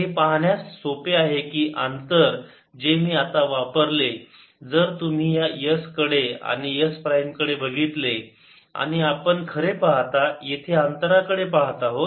हे पाहण्यास सोपे आहे की अंतर जे मी आता वापरले जर तुम्ही या s कडे आणि s प्राईम कडे बघितले आणि आपण खरे पाहता येथे या अंतरा कडे पाहत आहोत